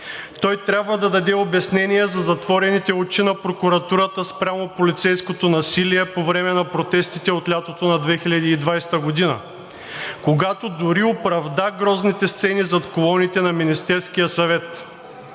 Той трябва да даде обяснения за затворените очи на прокуратурата спрямо полицейското насилие по време на протестите от лятото на 2020 г., когато дори оправда грозните сцени зад колоните на Министерския съвет.